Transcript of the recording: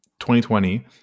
2020